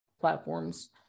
platforms